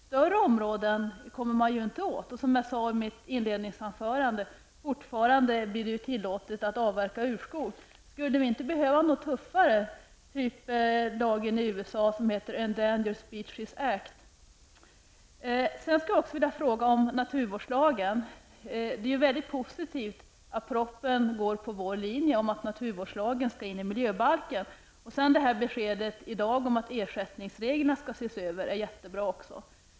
Större områden kommer man ju inte åt. Och som jag sade i mitt inledningsanförande blir det även i fortsättningen tillåtet att avverka urskog. Skulle vi inte behöva något tuffare, t.ex. den typ av lag som man har i Sedan skulle jag också vilja fråga något om naturvårdslagen. Det är mycket positivt att man i propositionen går på vår linje om att naturvårdslagen skall föras in i miljöbalken. Beskedet i dag om att ersättningsreglerna skall ses över är också jättebra.